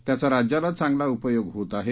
त्याचा राज्याला चांगला उपयोग होत आहे